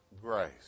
grace